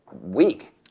week